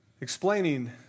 explaining